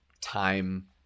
time